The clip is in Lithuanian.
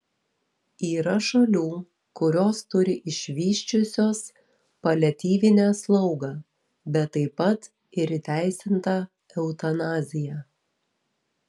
yra šalių kurios turi išvysčiusios paliatyvinę slaugą bet taip pat ir įteisintą eutanaziją